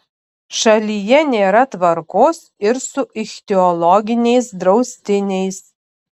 šalyje nėra tvarkos ir su ichtiologiniais draustiniais